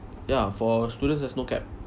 ya for students there's no cap